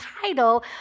title